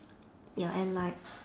ya and like